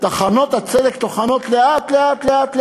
טחנות הצדק טוחנות לאט-לאט.